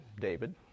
David